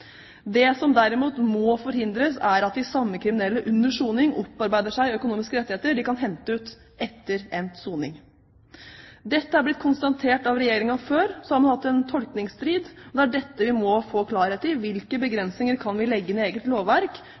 Det som derimot må forhindres, er at de samme kriminelle under soning opparbeider seg økonomiske rettigheter de kan hente ut etter endt soning. Dette er blitt konstatert av Regjeringen før. Så har man hatt en tolkningsstrid. Og det er dette vi må få klarhet i: Hvilke begrensninger kan vi legge inn i eget lovverk